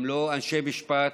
הם לא אנשי משפט,